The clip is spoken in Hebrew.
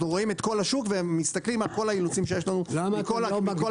אנו רואים את כל השוק ומסתכלים על כל האילוצים שיש לנו מכל הכיוונים.